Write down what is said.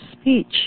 speech